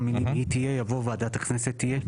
'היא תהיה' יבוא 'ועדת הכנסת תהיה'.